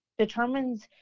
determines